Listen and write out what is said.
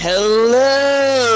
Hello